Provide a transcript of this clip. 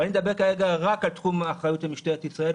אבל אני מדבר כרגע רק על תחום האחריות של משטרת ישראל,